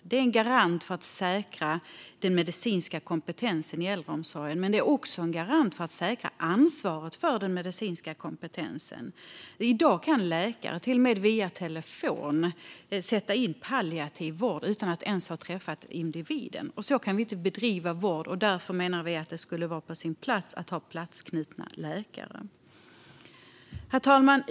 Det är en garant för att säkra den medicinska kompetensen i äldreomsorgen men också säkra ansvaret för den medicinska kompetensen. I dag kan läkare, till och med via telefon, sätta in palliativ vård utan att ens ha träffat individen. Så kan man inte bedriva vård, och därför menar vi att det skulle vara på sin plats att ha platsknutna läkare. Herr talman!